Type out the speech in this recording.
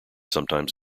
sometimes